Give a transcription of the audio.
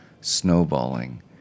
snowballing